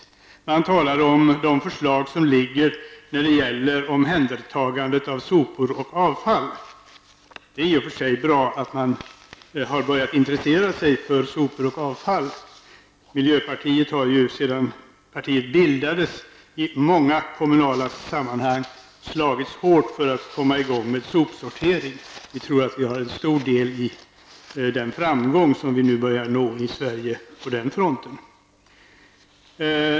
Utskottet talar om de förslag som föreligger när det gäller omhändertagandet av sopor och avfall. Det är i och för sig bra att man har börjat intressera sig för sopor och avfall. Miljöpartiet har sedan partiet bildades i många kommunala sammanhang slagits hårt för att komma i gång med sopsortering. Vi tror att vi har en stor del i den framgång som vi nu börjar nå i Sverige på den fronten.